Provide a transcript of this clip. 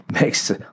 makes